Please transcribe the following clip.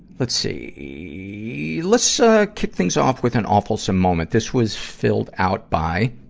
let's see, yeah let's, ah, kick things off with an awfulsome moment. this was filled out by,